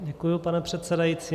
Děkuji, pane předsedající.